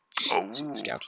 Scout